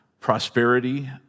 prosperity